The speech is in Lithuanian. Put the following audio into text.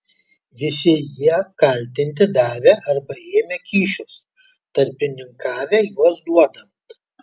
visi jie kaltinti davę arba ėmę kyšius tarpininkavę juos duodant